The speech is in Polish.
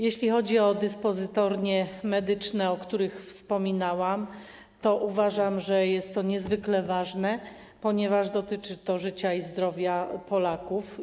Jeśli chodzi o dyspozytornie medyczne, o których wspominałam, to uważam, że jest to niezwykle ważne, ponieważ dotyczy to życia i zdrowia Polaków.